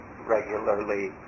regularly